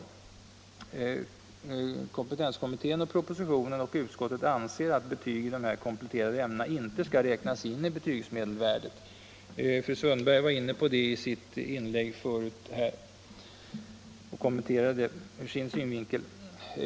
Enligt kompetenskommittén, propositionen och utskottets förslag skall betyg i dessa kompletterande ämnen inte räknas in i betygsmedelvärdet. Fru Sundberg var inne på det i sitt inlägg och kommenterade det ur sin synvinkel.